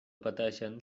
pateixen